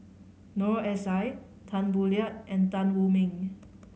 Noor S I Tan Boo Liat and Tan Wu Meng